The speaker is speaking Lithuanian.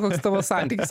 koks tavo santykis